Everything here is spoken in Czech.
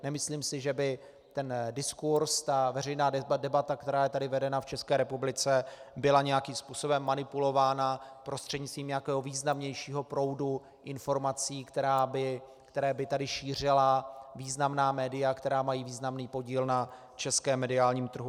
Nemyslím si, že by ten diskurz, ta veřejná debata, která je tady vedena v České republice, byla nějakým způsobem manipulována prostřednictvím nějakého významnějšího proudu informací, které by tady šířila významná média, která mají významný podíl na českém mediálním trhu.